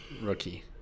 Rookie